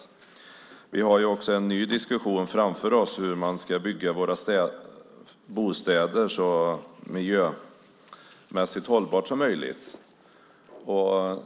Framför oss har vi också en ny diskussion om hur man ska bygga våra bostäder så miljömässigt hållbart som möjligt.